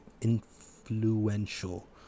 influential